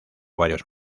varios